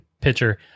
pitcher